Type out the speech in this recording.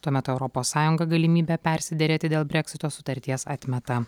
tuo metu europos sąjunga galimybę persiderėti dėl breksito sutarties atmeta